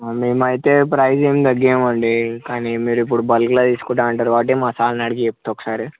మేము అయితే ప్రైస్ ఏమి తగ్గించం అండి కాని మీరు ఇప్పుడు బల్క్ లో తీసుకుంటు ఉంటారు కాబట్టి మా సార్ని అడిగి చెప్తాను ఒకసారి